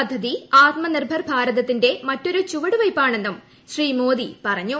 പദ്ധതി ആത്മനിർഭർ ഭാരതത്തിന്റെ മറ്റൊരു ചുവടുവയ്പ്പാണെന്നും ശ്രീ മോദി പറഞ്ഞു